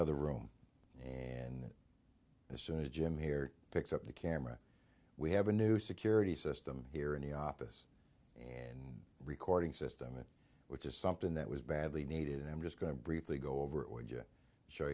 other room and the sooner jim here picks up the camera we have a new security system here in the office and recording system which is something that was badly needed and i'm just going to briefly go over it would you show